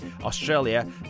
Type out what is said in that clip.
Australia